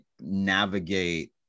navigate